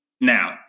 Now